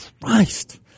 Christ